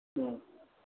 ம்